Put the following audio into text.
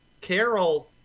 Carol